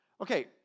Okay